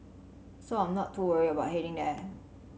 so I am not too worried about heading there